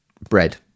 bread